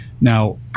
Now